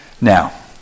Now